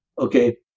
Okay